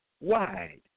wide